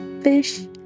fish